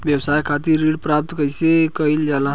व्यवसाय खातिर ऋण प्राप्त कइसे कइल जाला?